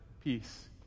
peace